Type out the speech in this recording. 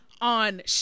on